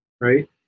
right